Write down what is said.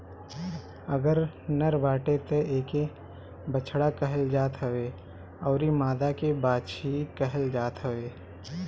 अगर नर बाटे तअ एके बछड़ा कहल जात हवे अउरी मादा के बाछी कहल जाता हवे